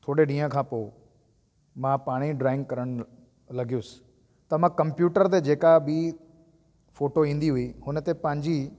थोरे ॾींहं खां पोइ मां पाणई ड्रॉईंग करणु लॻियुसि त मां कम्प्यूटर ते जेका बि फोटो ईंदी हुई उन ते पंहिंजी